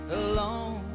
alone